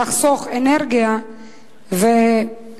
לחסוך אנרגיה וכסף,